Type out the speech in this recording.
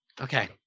Okay